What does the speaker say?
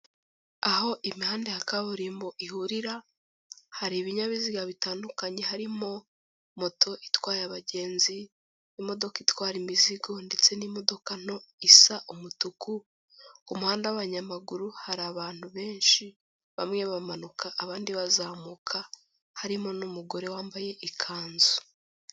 Aho imihanda ya kaburimbo ihurira, hari ibinyabiziga bitandukanye, harimo moto itwaye abagenzi, imodoka itwara imizigo ndetse n'imodoka nto isa umutuku, ku muhanda w'abanyamaguru hari abantu benshi bamwe bamanuka abandi bazamuka, harimo n'umugore wambaye ikanzu.